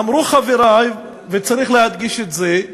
אמרו חברי, וצריך להדגיש את זה: